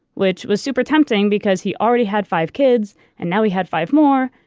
which was super tempting because he already had five kids and now he had five more,